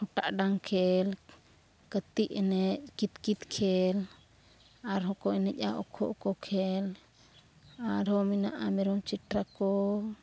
ᱦᱚᱴᱟᱜ ᱰᱟᱝ ᱠᱷᱮᱞ ᱦᱟᱹᱛᱤ ᱮᱱᱮᱡ ᱠᱤᱛ ᱠᱤᱛ ᱠᱷᱮᱞ ᱟᱨᱦᱚᱸᱠᱚ ᱮᱱᱮᱡᱟ ᱩᱠᱩ ᱩᱠᱩ ᱠᱷᱮᱞ ᱟᱨᱦᱚᱸ ᱢᱮᱱᱟᱜᱼᱟ ᱢᱮᱨᱚᱢ ᱪᱷᱮᱴᱨᱟ ᱠᱚ